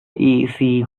easy